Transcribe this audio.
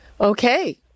Okay